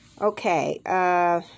Okay